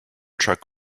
truck